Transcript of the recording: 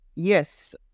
Yes